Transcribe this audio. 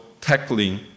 tackling